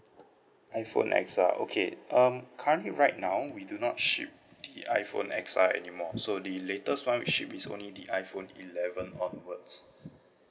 iPhone X R okay um currently right now we do not ship the iPhone X R anymore so the latest one we ship is only the iPhone eleven onwards